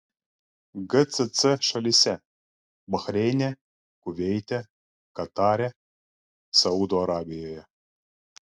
gcc šalyse bahreine kuveite katare saudo arabijoje